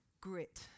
grit